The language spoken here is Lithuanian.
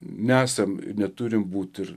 nesam neturim būt ir